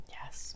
Yes